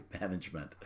management